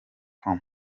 from